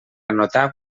anotar